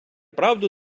правду